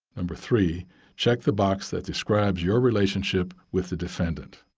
number three check the box that describes your relationship with the defendant.